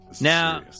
Now